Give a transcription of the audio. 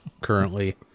currently